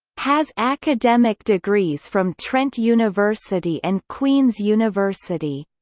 has academic degrees from trent university and queen's university.